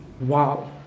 Wow